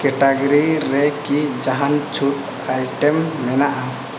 category ᱨᱮᱠᱤ ᱡᱟᱦᱟᱱ ᱪᱷᱩᱴ ᱟᱭᱴᱮᱢ ᱢᱮᱱᱟᱜᱼᱟ